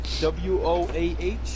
W-O-A-H